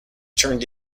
turned